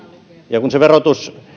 ja kun verotus